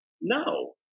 No